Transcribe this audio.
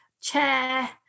chair